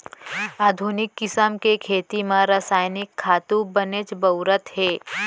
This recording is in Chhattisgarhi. आधुनिक किसम के खेती म रसायनिक खातू बनेच बउरत हें